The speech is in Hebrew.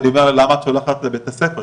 למה את שולחת לבית הספר,